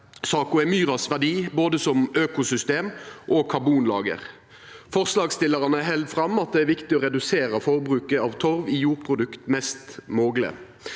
saka er myras verdi både som økosystem og karbonlager. Forslagsstillarane held fram at det er viktig å redusera forbruket av torv i jordprodukt mest mogleg.